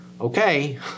okay